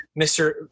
Mr